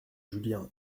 julien